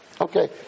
Okay